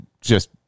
just-